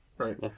Right